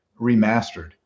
remastered